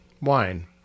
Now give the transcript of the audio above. Wine